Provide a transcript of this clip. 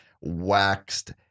Waxed